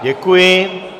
Děkuji.